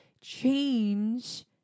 change